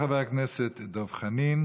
תודה רבה לחבר הכנסת דב חנין.